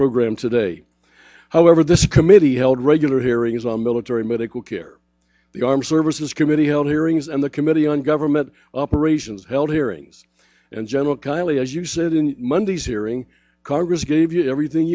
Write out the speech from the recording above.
program today however this committee held regular hearings on military medical care the armed services committee held hearings and the committee on government operations held hearings and general kiley as you said in monday's hearing congress gave you everything